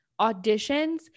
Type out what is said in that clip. auditions